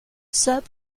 serb